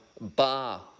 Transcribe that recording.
bar